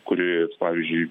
kuri pavyzdžiui